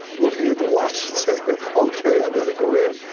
looking at the watch and saying okay, i better go in!